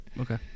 okay